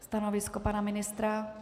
Stanovisko pana ministra? .